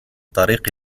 طريق